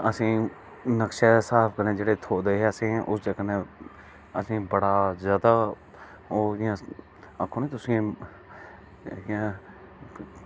असें ई नक्शे दे स्हाब कन्नै जेह्ड़े थ्होए दे असें ओह् करने असें ई बड़ा जादा ओह् आक्खो ना असें ई इंया